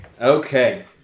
Okay